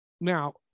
Now